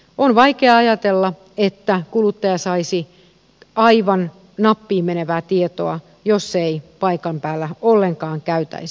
on vaikea ajatella että kuluttaja saisi aivan nappiin menevää tietoa jos ei paikan päällä ollenkaan käytäisi